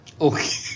Okay